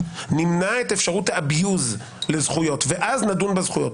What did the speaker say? נמנע את אפשרות --- ואז נדון בזכויות,